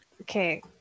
Okay